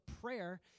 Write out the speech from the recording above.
prayer